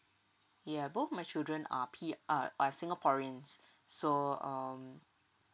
yeah both of my children are P_R uh singaporeans so um